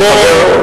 בוא,